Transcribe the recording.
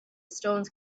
stones